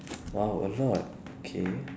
!wow! a lot okay